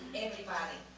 everybody.